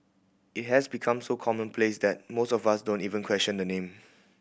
it has become so commonplace that most of us don't even question the name